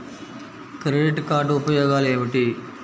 Credit card ఉపయోగాలు ఏమిటి?